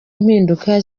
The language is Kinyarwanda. impinduka